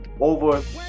over